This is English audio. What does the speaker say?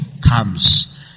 comes